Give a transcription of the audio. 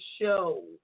show